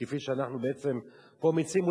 כפי שאנחנו בעצם פה מציעים,